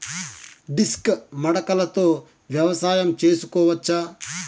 Disc మడకలతో వ్యవసాయం చేసుకోవచ్చా??